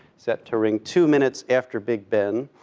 set to ring two minutes after big ben,